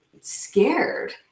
scared